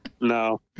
No